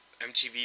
MTV